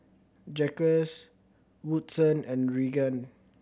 Jacques Woodson and Regan